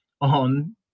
on